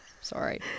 Sorry